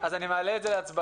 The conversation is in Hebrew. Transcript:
אז אני מעלה את זה להצבעה.